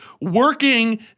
working